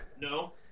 No